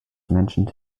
mentioned